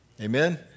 Amen